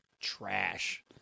trash